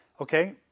Okay